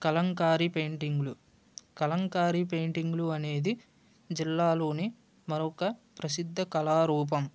కలంకారి పెయింటింగ్లు కలంకారి పెయింటింగ్లు అనేది జిల్లాలోని మరొక ప్రసిద్ధ కళారూపం